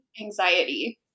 anxiety